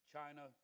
China